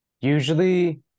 Usually